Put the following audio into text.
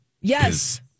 Yes